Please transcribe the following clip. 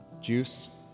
juice